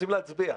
רוצים להצביע.